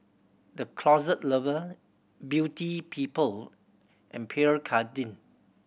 The Closet Lover Beauty People and Pierre Cardin